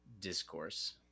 discourse